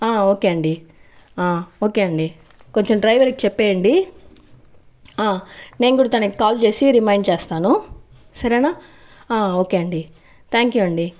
okay అండీ okay అండీ కొంచెం డ్రైవర్కి చెప్పేయండి నేను కూడా తనకి కాల్ చేసి రిమైండ్ చేస్తాను సరేనా ఓకే అండీ థ్యాంక్ యూ అండీ